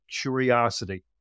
curiosity